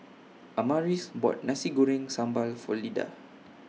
Amaris bought Nasi Goreng Sambal For Lyda